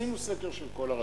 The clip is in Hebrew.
עשינו סקר של כל הרשויות.